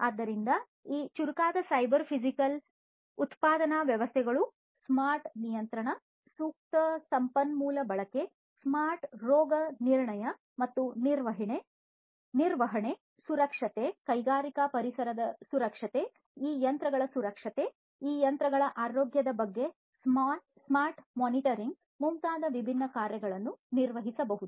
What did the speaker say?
ಆದ್ದರಿಂದ ಈ ಚುರುಕಾದ ಸೈಬರ್ ಫಿಸಿಕಲ್ ಉತ್ಪಾದನಾ ವ್ಯವಸ್ಥೆಗಳು ಸ್ಮಾರ್ಟ್ ನಿಯಂತ್ರಣ ಸೂಕ್ತ ಸಂಪನ್ಮೂಲ ಬಳಕೆ ಸ್ಮಾರ್ಟ್ ರೋಗನಿರ್ಣಯ ಮತ್ತು ನಿರ್ವಹಣೆ ಸುರಕ್ಷತೆ ಕೈಗಾರಿಕಾ ಪರಿಸರದ ಸುರಕ್ಷತೆ ಈ ಯಂತ್ರಗಳ ಸುರಕ್ಷತೆ ಈ ಯಂತ್ರಗಳ ಆರೋಗ್ಯದ ಬಗ್ಗೆ ಸ್ಮಾರ್ಟ್ ಮಾನಿಟರಿಂಗ್ ಮುಂತಾದ ವಿಭಿನ್ನ ಕಾರ್ಯಗಳನ್ನು ನಿರ್ವಹಿಸಬಹುದು